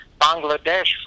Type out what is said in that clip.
Bangladesh